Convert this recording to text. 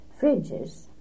fridges